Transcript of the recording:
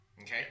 Okay